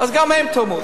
אז גם הם תרמו.